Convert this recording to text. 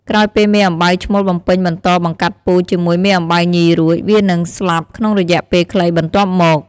ក្រោយពេលមេអំបៅឈ្មោលបំពេញបន្តបង្កាត់ពូជជាមួយមេអំបៅញីរួច វានឹងស្លាប់ក្នុងរយៈពេលខ្លីបន្ទាប់មក។